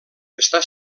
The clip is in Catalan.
està